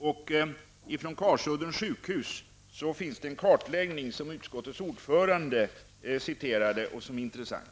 Det finns en kartläggning från Karsuddens sjukhus, som utskottets ordförande citerade och som är intressant.